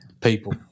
people